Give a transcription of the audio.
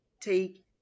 take